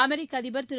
அமெரிக்கஅதிபர் திரு